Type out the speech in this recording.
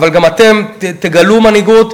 אבל שגם אתם תגלו מנהיגות.